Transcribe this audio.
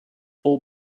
all